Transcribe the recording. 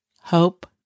hope